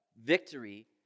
victory